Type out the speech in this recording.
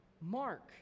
Mark